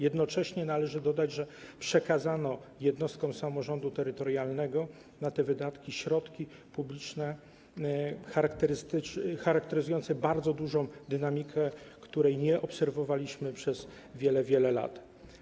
Jednocześnie należy dodać, że przekazano jednostkom samorządu terytorialnego na te wydatki środki publiczne charakteryzujące się bardzo dużą dynamiką, której nie obserwowaliśmy przez wiele, wiele lat.